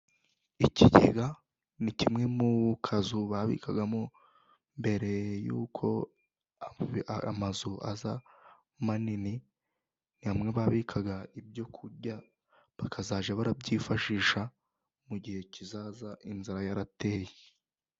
Ikigega ni kimwe mu kazu babikagamo mbere y'uko amazu aza manini. Ni hamwe babikaga ibyo kurya, bakazajya barabyifashisha mu gihe kizaza inzara yarateye.